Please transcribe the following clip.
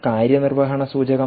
എന്താണ് കാര്യനിർവഹണ സൂചകം